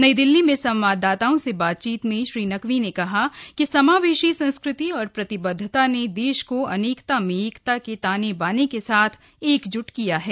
नई दिल्ली में संवाददाताओं से बातचीत में श्री नकवी ने कहा कि समावेशी संस्कृति और प्रतिबद्धता ने देश को अनेकता में एकता के तानेबाने के साथ एकजुट किया है